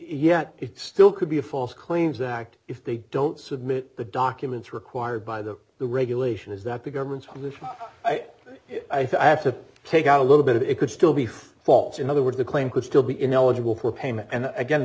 yet it still could be a false claims act if they don't submit the documents required by the the regulation is that the government's position i have to take out a little bit of it could still be false in other words the claim could still be ineligible for payment and again